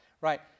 right